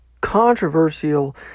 controversial